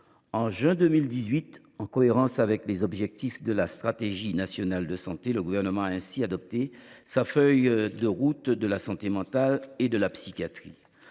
de juin 2018, en cohérence avec les objectifs de la stratégie nationale de santé, le Gouvernement a ainsi adopté sa feuille de route de la santé mentale et de la psychiatrie.